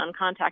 uncontacted